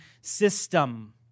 System